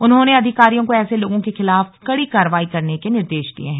उन्होंने अधिकारियों को ऐसे लोगों के खिलाफ कड़ी कार्रवाई करने के निर्देश दिये हैं